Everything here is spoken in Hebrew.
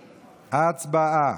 הצבעה.